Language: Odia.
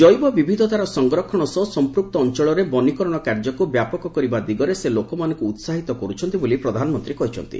ଜୈବ ବିବିଧତାର ସଂରକ୍ଷଣ ସହ ସଂପୃକ୍ତ ଅଞ୍ଚଳରେ ବନୀକରଣ କାର୍ଯ୍ୟକୁ ବ୍ୟାପକ କରିବା ଦିଗରେ ସେ ଲୋକମାନଙ୍କୁ ଉସାହିତ କରୁଛନ୍ତି ବୋଲି ପ୍ରଧାନମନ୍ତ୍ରୀ କହିଚ୍ଛନ୍ତି